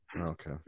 Okay